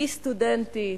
היא סטודנטית,